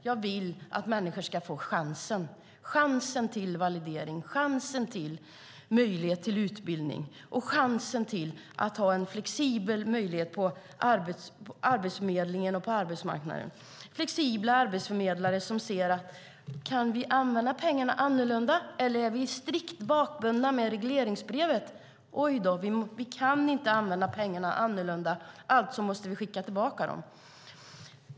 Jag vill att människor ska få chansen, chansen till validering, chansen till utbildning, chansen till en flexibel möjlighet på Arbetsförmedlingen och arbetsmarknaden. Jag vill att vi ska ha flexibla arbetsförmedlare som har möjlighet att använda pengarna på ett annat sätt och inte är strikt bakbundna av regleringsbrevet, arbetsförmedlare som inte behöver säga: Ojdå, vi kan inte använda pengarna på annat sätt, alltså måste vi skicka tillbaka dem.